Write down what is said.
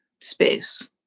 space